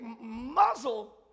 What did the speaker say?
muzzle